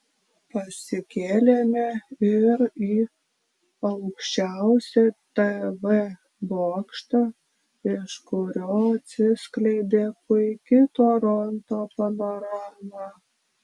pasikėlėme ir į aukščiausią tv bokštą iš kurio atsiskleidė puiki toronto panorama